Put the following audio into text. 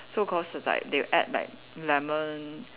so cause like they add like lemon